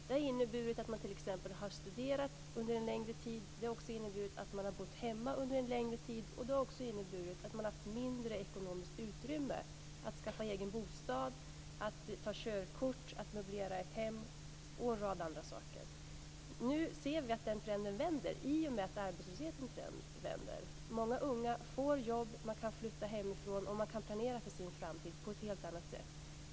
Det har inneburit att man t.ex. har studerat under en längre tid och att man har bott hemma under en längre tid. Det har också inneburit att man har haft mindre ekonomiskt utrymme för att skaffa egen bostad, att ta körkort, att möblera ett hem och en rad andra saker. Nu ser vi att den trenden vänder, i och med att arbetslösheten vänder. Många unga får jobb, man kan flytta hemifrån och man kan planera för sin framtid på ett helt annat sätt.